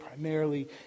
primarily